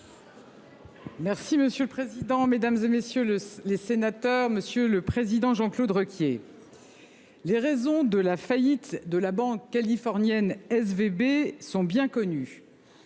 Merci monsieur le président, Mesdames, et messieurs le les sénateurs, monsieur le président, Jean-Claude Requier. Les raisons de la faillite de la banque californienne SVB sont bien connus.